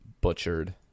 butchered